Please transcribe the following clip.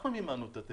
אנחנו מימנו את זה.